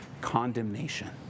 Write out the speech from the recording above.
condemnation